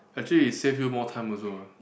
actually it save you more time also uh